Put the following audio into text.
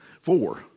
four